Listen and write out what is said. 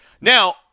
Now